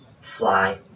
fly